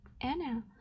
Anna